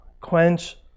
quench